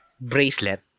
bracelet